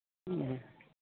ᱦᱩᱸ